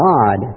God